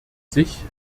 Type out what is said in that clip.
sich